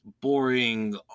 boring